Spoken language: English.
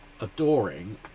adoring